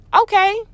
Okay